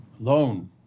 loan